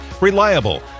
reliable